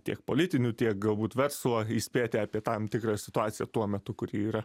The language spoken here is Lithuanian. tiek politinių tiek galbūt verslo įspėti apie tam tikrą situaciją tuo metu kuri yra